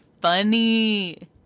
Funny